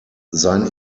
sein